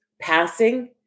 passing